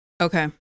Okay